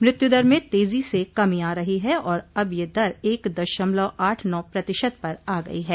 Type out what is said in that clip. मृत्यु दर में तेजी से कमी आ रही है और अब यह दर एक दशमलव आठ नौ प्रतिशत पर आ गई है